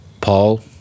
Paul